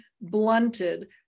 blunted